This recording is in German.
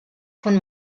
von